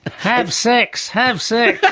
and have sex, have sex!